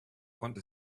wanta